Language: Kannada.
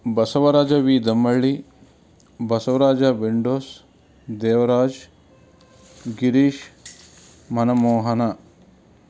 ಬಸವರಾಜ ವಿ ದಮ್ಮಳ್ಳಿ ಬಸವರಾಜ ವೆಂಡೋಸ್ ದೇವರಾಜ್ ಗಿರೀಶ್ ಮನಮೋಹನ